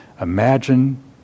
Imagine